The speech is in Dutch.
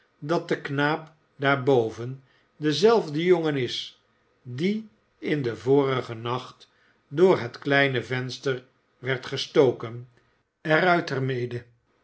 dat de knaap daar boven dezelfde jongen is die in den vorigen nacht door het kleine venster werd gestoken er uit er